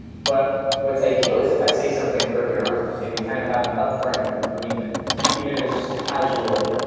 but what's ideal is if i say something earlier on and we kind of have an upfront agreement even if it's just a casual,